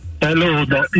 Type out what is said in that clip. Hello